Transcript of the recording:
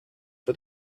for